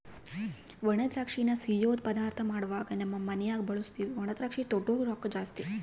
ಒಣದ್ರಾಕ್ಷಿನ ಸಿಯ್ಯುದ್ ಪದಾರ್ಥ ಮಾಡ್ವಾಗ ನಮ್ ಮನ್ಯಗ ಬಳುಸ್ತೀವಿ ಒಣದ್ರಾಕ್ಷಿ ತೊಟೂಗ್ ರೊಕ್ಕ ಜಾಸ್ತಿ